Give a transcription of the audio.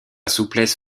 souplesse